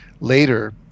later